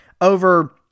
over